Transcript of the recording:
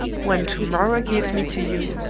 when to-morrow gives me to you,